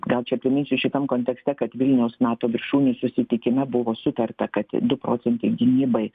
gal čia priminsiu šitam kontekste kad vilniaus nato viršūnių susitikime buvo sutarta kad du procentai gynybai